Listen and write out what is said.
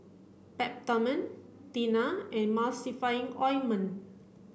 Peptamen Tena and Emulsying ointment